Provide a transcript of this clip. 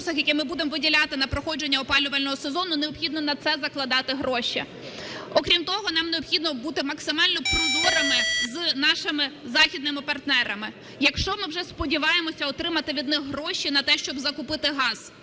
які ми будемо виділяти на проходження опалювального сезону, необхідно на це закладати гроші. Окрім того, нам необхідно бути максимально прозорими з нашими західними партнерами. Якщо ми вже сподіваємось отримати від них гроші на те, щоб закупити газ,